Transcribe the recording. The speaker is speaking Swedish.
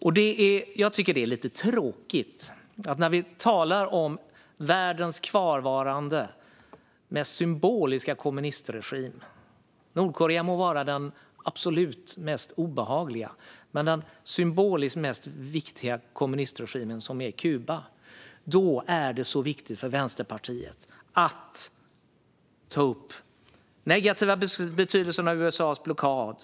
Jag tycker att det är lite tråkigt att det när vi talar om världens mest symboliska kvarvarande kommunistregim - Nordkorea må vara den absolut mest obehagliga, men Kuba är den symboliskt viktigaste kommunistregimen - är så viktigt för Vänsterpartiet att ta upp den negativa betydelsen av USA:s blockad.